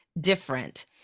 different